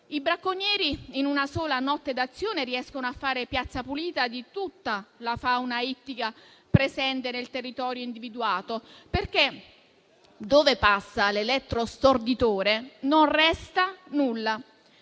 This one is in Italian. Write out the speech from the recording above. I bracconieri, in una sola notte d'azione, riescono a fare piazza pulita di tutta la fauna ittica presente nel territorio individuato, perché dove passa l'elettrostorditore non resta nulla.